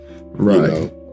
Right